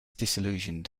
disillusioned